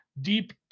deep